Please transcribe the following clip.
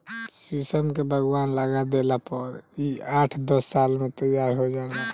शीशम के बगवान लगा देला पर इ आठ दस साल में तैयार हो जाला